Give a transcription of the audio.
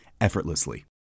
effortlessly